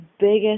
biggest